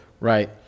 Right